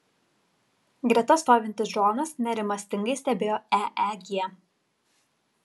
greta stovintis džonas nerimastingai stebėjo eeg